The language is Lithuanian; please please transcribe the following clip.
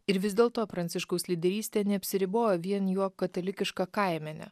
ir vis dėlto pranciškaus lyderystė neapsiribojo vien juo katalikiška kaimene